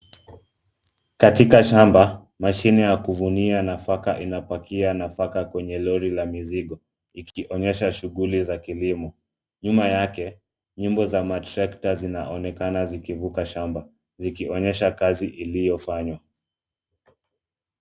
Katika shamba mashine ya kuvunia nataka inapakia nafaka kwenye lori la mizigo, ikionyesha shughuli za kilimo. Nyuma yake nyimbo za matrekta zinaonekana zikivuka shamba zikionyesha kazi iliyofanywa.